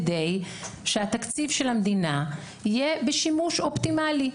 כדי שהתקציב של המדינה יהיה בשימוש אופטימלי,